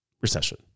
recession